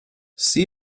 see